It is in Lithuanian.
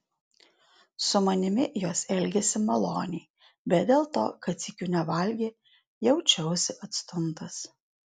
su manimi jos elgėsi maloniai bet dėl to kad sykiu nevalgė jaučiausi atstumtas